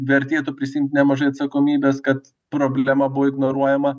vertėtų prisiimt nemažai atsakomybės kad problema buvo ignoruojama